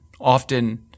often